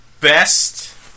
best